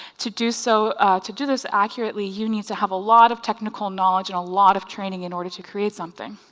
to do so to do this accurately you need to have a lot of technical knowledge and a lot of training in order to create something.